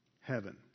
Heaven